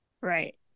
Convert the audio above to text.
right